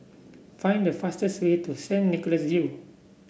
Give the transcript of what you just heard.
find the fastest way to Saint Nicholas View